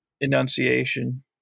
Enunciation